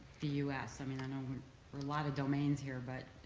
the u s? i mean i know there are a lot of domains here, but